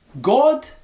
God